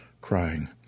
crying